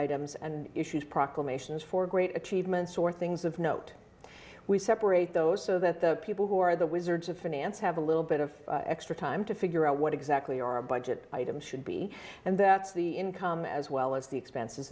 items and issues proclamations for great achievements or things of note we separate those so that the people who are the wizards of finance have a little bit of extra time to figure out what exactly our budget items should be and the income as well as the expenses